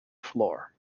floor